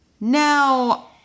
now